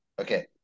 Okay